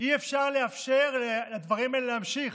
אי-אפשר לאפשר לדברים האלה להמשיך.